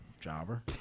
jobber